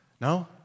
No